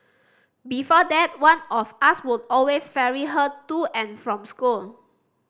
before that one of us would always ferry her to and from school